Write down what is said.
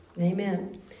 Amen